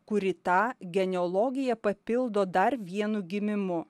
kuri tą genealogiją papildo dar vienu gimimu